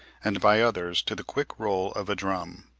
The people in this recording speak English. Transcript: and by others to the quick roll of a drum.